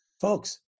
Folks